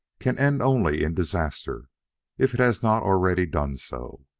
can end only in disaster if it has not already done so.